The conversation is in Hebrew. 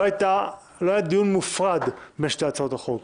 לא היה דיון מופרד בין שתי הצעות החוק.